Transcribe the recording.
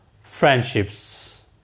friendships